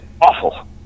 awful